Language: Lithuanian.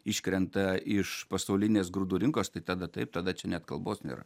iškrenta iš pasaulinės grūdų rinkos tai tada taip tada čia net kalbos nėra